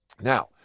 Now